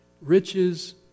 Riches